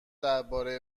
درباره